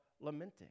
lamenting